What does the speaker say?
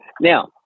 Now